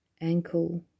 ankle